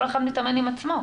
כל אחד מתאמן עם עצמו,